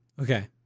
okay